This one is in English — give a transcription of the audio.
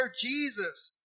Jesus